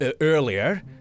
earlier